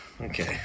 Okay